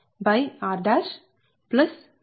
Dr 0